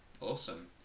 awesome